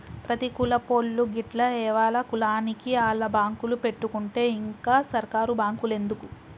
ప్రతి కులపోళ్లూ గిట్ల ఎవల కులానికి ఆళ్ల బాంకులు పెట్టుకుంటే ఇంక సర్కారు బాంకులెందుకు